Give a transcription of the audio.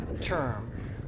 term